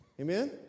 Amen